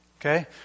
Okay